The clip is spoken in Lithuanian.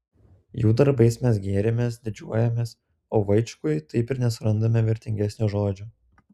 jų darbais mes gėrimės didžiuojamės o vaičkui taip ir nesurandame vertingesnio žodžio